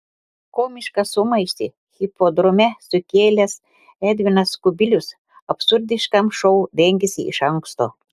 komišką sumaištį hipodrome sukėlęs edvinas kubilius absurdiškam šou rengėsi iš anksto